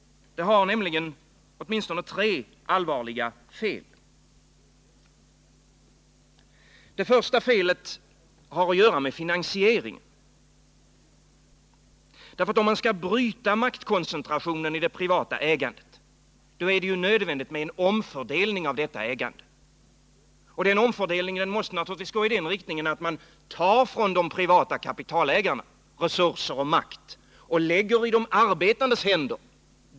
Det har nämligen åtminstone tre allvarliga fel. Det första felet har att göra med finansieringen. Om man skall bryta maktkoncentrationen i det privata ägandet, är det nödvändigt med en omfördelning av detta ägande. Denna omfördelning måste naturligtvis gå i den riktningen att man från de privata kapitalägarna tar resurser och makt och lägger i de arbetandes händer.